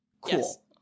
Cool